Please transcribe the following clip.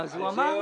על זה מדברים.